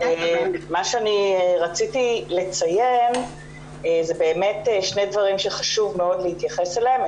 מה שאני רציתי לציין זה באמת שני דברים שחשוב מאוד להתייחס אליהם,